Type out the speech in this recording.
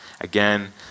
again